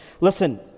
Listen